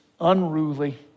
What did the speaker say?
unruly